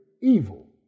evil